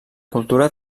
cultura